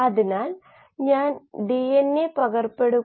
ഈ ചിത്രം കൾച്ചർ ഫ്ലൂറസെൻസീൻറെ vs സമയമാണ്